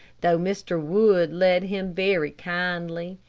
though mr. wood led him very kindly,